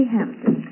Hampton